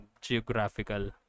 geographical